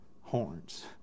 horns